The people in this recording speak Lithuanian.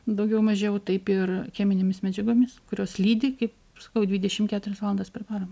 daugiau mažiau taip ir cheminėmis medžiagomis kurios lydi kaip sakau dvidešimt keturias valandas per parą